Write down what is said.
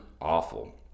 awful